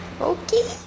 Okay